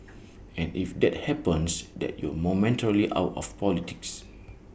and if that happens then you're momentarily out of politics